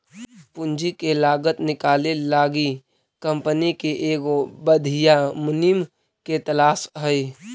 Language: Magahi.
पूंजी के लागत निकाले लागी कंपनी के एगो बधियाँ मुनीम के तलास हई